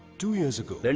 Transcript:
two years ago,